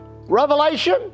revelation